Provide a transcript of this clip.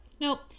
Nope